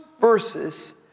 verses